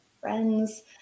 friends